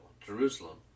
Jerusalem